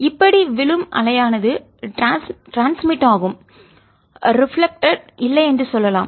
இப்படி விழும் அலையானது ட்ரான்ஸ்மிட்டட் பரவுகிறது ஆனால் ரிஃப்ளெக்ட்டட் பிரதிபலிப்பு இல்லை என்று சொல்லலாம்